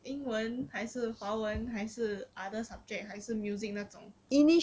英文还是华文还是 other subject 还是 music 那种